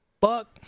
Fuck